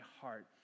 heart